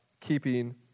keeping